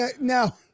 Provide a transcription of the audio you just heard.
Now